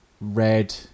red